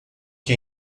que